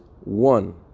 one